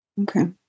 Okay